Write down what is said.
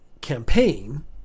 campaign